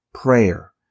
prayer